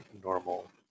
normal